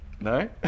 no